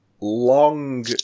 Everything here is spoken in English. long